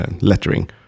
lettering